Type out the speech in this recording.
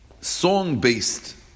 song-based